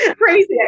Crazy